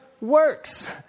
works